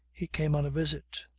he came on a visit.